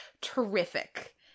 terrific